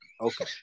Okay